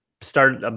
start